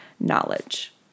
knowledge